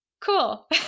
cool